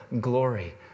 glory